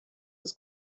des